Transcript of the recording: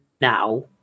now